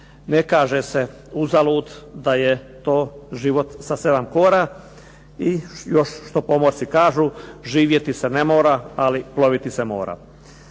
Ne kaže se uzalud da je to život sa 7 kora. I još što pomorci kažu, živjeti se ne mora, ali ploviti se mora.